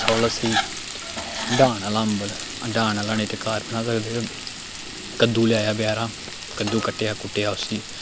soul स्हेई डाह्न आह्ला अम्बल डाह्न आह्लाने ते घर बना सकदे कद्दू लेआया बजारा कद्दू कट्टेआ कुट्टेआ उसी